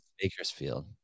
Bakersfield